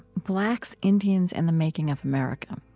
blacks, indians, and the making of america.